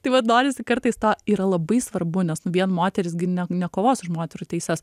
tai vat norisi kartais to yra labai svarbu nes nu vien moterys gi ne nekovos už moterų teises